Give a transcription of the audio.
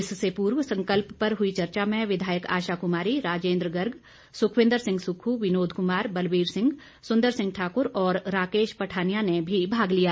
इससे पूर्व संकल्प पर हुई चर्चा में विधायक आशा कुमारी राजेंद्र गर्ग सुखविंद्र सिंह सुक्खू विनोद कुमार बलबीर सिंह सुंदर सिंह ठाकुर और राकेश पठानिया ने भी भाग लिया